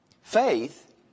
faith